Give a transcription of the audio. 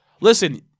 listen